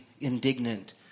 indignant